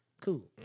Cool